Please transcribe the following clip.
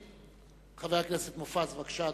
חבר הכנסת מופז, בבקשה.